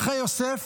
אחי יוסף